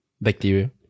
bacteria